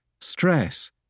stress